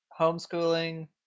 homeschooling